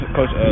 Coach